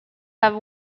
have